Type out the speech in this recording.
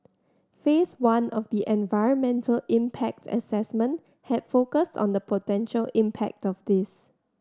Phase One of the environmental impact assessment had focused on the potential impact of this